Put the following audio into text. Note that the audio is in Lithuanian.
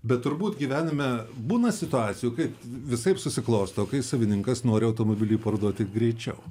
bet turbūt gyvenime būna situacijų kai visaip susiklosto kai savininkas nori automobilį parduoti greičiau